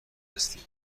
هستیم